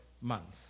months